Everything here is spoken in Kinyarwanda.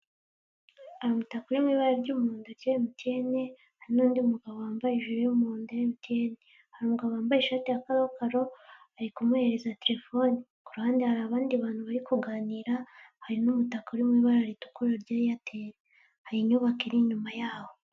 Hari umutaka uri mu ibara ry'umuhondo rya MTN, hari n'undi mugabo wambaye ijiri y'umuhondo ya MTN. Hari umugabo wambaye ishati ya karokaro arikumuhereza telefoni. Ku ruhande hari abandi bantu barikuganira, hari n'umutaka uri mu ibara ritukura rya Airtel. Hari inyubako iri inyuma yaho.